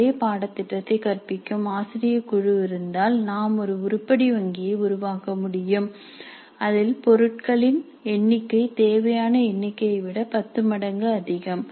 அதே பாடத்திட்டத்தை கற்பிக்கும் ஆசிரிய குழு இருந்தால் நாம் ஒரு உருப்படி வங்கியை உருவாக்க முடியும் அதில் பொருட்களின் எண்ணிக்கை தேவையான எண்ணிக்கையை விட பத்து மடங்கு அதிகம்